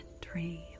dream